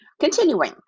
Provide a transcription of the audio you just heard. Continuing